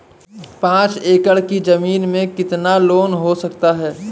पाँच एकड़ की ज़मीन में कितना लोन हो सकता है?